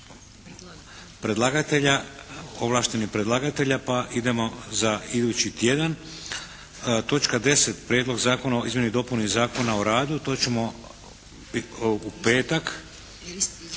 predlagatelja, ovlaštenih predlagatelja pa idemo za idući tjedan. Točka 10. Prijedlog zakona o izmjenama i dopunama Zakona o radu, to ćemo u petak